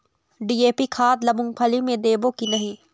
DAP खाद ला मुंगफली मे देबो की नहीं?